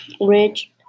rich